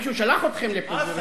מישהו שלח אתכם לפה.